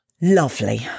lovely